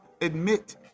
admit